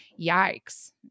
yikes